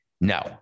No